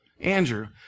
Andrew